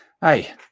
Hey